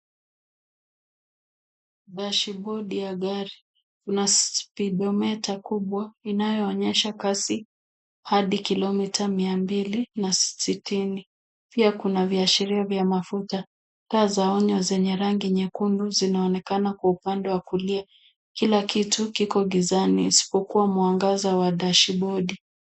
Dashibodi ya gari kuna speedometer kubwa inayoonyesha kasi hadi kilomita mia mbili na sitini. Pia kuna viashiria vya mafuta. Taa za onyo zenye rangi ya nyekundu zinaonekana kwa upande wa kulia. Kila kitu kiko gizani isipokuwa mwangaza wa dashibodi .